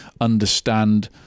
understand